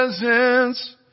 presence